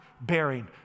bearing